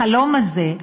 החלום הזה,